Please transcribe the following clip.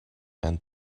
and